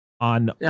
on